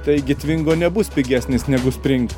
taigi tvingo nebus pigesnis negu spring